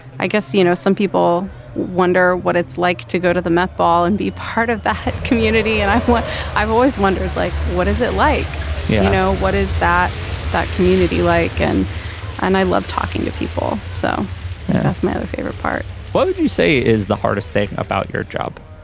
i guess you know some people wonder what it's like to go to the met ball and be part of that community and i've what i've always wondered like what is it like you yeah know what is that that community like and and i love talking to people. so that's my favorite part what would you say is the hardest thing about your job